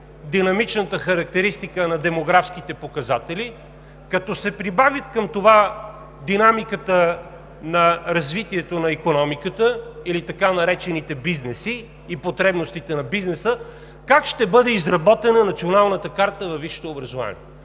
динамичната характеристика на демографските показатели, като се прибави към това динамиката на развитието на икономиката или така наречените бизнеси и потребностите на бизнеса, как ще бъде изработена Националната карта във висшето образование